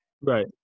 Right